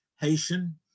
Haitian